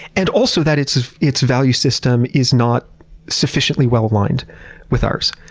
and also that its its value system is not sufficiently well-aligned with ours.